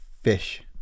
fish